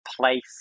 place